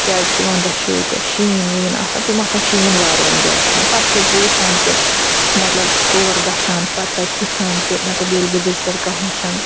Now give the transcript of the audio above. کیٛازِکہ وَنٛدَس چھِ ییٚتہِ شیٖن ویٖن آسان تِم آسَن شیٖن واریاہ اٮ۪نجاے کران پَتہٕ چھَس بہٕ وٕچھان تہِ مطلب تور گژھان پَتہٕ تَتہِ وٕچھان تہِ مطلب ییٚلہِ بہٕ وِزِٹَر کانٛہہ وٕچھن